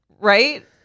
Right